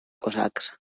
cosacs